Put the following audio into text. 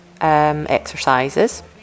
exercises